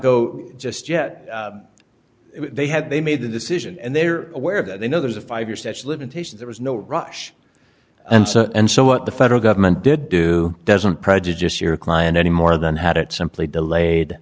go just yet they had they made the decision and they're aware that they know there's a five year such limitation there was no rush and so and so what the federal government did do doesn't prejudice your client any more than had it simply delayed